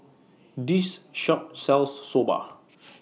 This Shop sells Soba